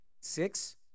six